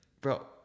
bro